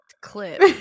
clip